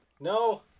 No